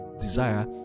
desire